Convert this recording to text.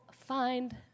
find